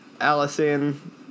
Allison